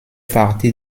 partie